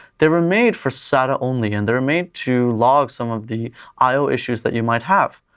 they were made for sata only and they're made to log some of the io issues that you might have.